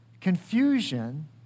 confusion